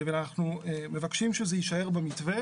אנחנו מבקשים שזה יישאר במתווה